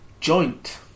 Joint